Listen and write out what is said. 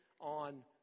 on